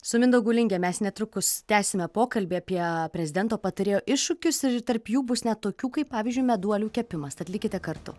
su mindaugu linge mes netrukus tęsime pokalbį apie prezidento patarėjo iššūkius ir tarp jų bus net tokių kaip pavyzdžiui meduolių kepimas tad likite kartu